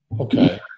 Okay